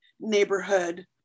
neighborhood